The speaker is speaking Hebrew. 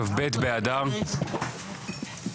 כ"ב באדר התשפ"ג,